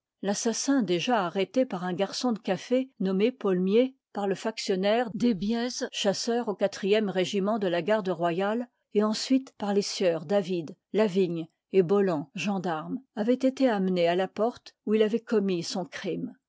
l'assassin déjà arrêté par un garçon de café nommé paulmier par le factionnaire desbièz chasseur au quatrième régiment de la garde royale et ensuite par les sieurs david lavigne et boland gendarmes avoit été amené à là porte où il avoit commis son crime